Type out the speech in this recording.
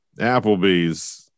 Applebee's